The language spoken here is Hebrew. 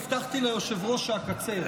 הבטחתי ליושב-ראש שאקצר.